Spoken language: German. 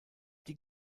die